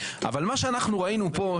אבל מה שראינו פה,